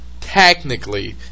technically